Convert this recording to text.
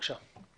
אנחנו